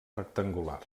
rectangular